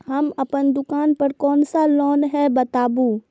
हम अपन दुकान पर कोन सा लोन हैं बताबू?